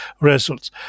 results